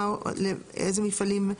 לאיזה מפעלים?